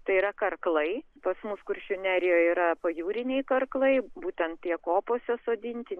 tai yra karklai pas mus kuršių nerijoj yra pajūriniai karklai būtent tie kopose sodinti